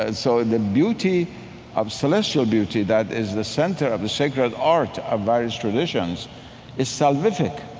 and so and the beauty of celestial beauty that is the center of the sacred art of various traditions is salvific.